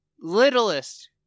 littlest